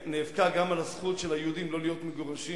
נאבקה גם על הזכות של היהודים לא להיות מגורשים,